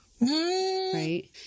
Right